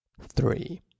three